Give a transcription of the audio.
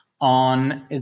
on